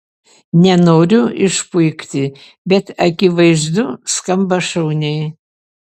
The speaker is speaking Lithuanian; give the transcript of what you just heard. nenoriu išpuikti bet akivaizdu skamba šauniai